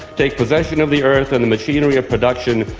take possession of the earth and the machinery of production,